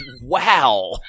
wow